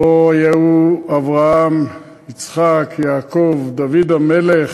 שבו היו אברהם, יצחק, יעקב, דוד המלך.